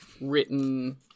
written